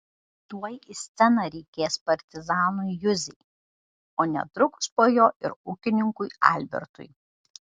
tuoj į sceną reikės partizanui juzei o netrukus po jo ir ūkininkui albertui